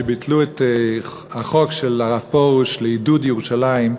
כשביטלו את החוק של הרב פרוש לעידוד ירושלים,